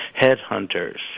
headhunters